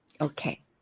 Okay